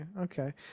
Okay